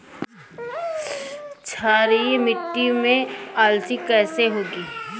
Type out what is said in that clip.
क्षारीय मिट्टी में अलसी कैसे होगी?